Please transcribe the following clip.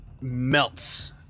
melts